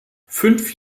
fünf